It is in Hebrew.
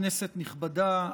כנסת נכבדה,